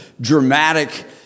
dramatic